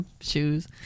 shoes